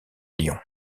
lyon